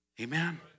Amen